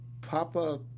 Papa